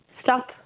stop